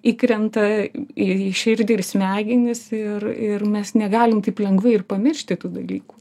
įkrenta į širdį ir smegenis ir ir mes negalim taip lengvai ir pamiršti tų dalykų